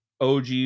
OG